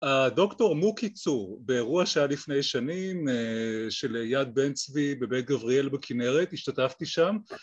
הדוקטור מו קיצור, באירוע שהיה לפני שנים של יד בן צבי בבית גבריאל בכנרת, השתתפתי שם